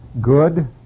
Good